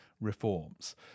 reforms